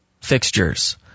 fixtures